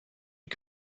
die